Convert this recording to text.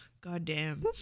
goddamn